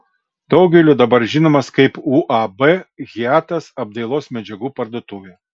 daugeliui dabar žinomas kaip uab hiatas apdailos medžiagų parduotuvė